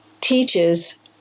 teaches